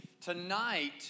tonight